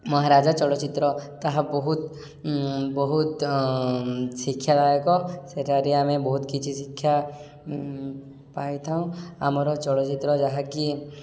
ମହାରାଜା ଚଳଚ୍ଚିତ୍ର ତାହା ବହୁତ ବହୁତ ଶିକ୍ଷାଦାୟକ ସେଠାରେ ଆମେ ବହୁତ କିଛି ଶିକ୍ଷା ପାଇଥାଉ ଆମର ଚଳଚ୍ଚିତ୍ର ଯାହାକି